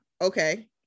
okay